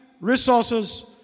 resources